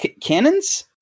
Cannons